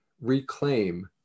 reclaim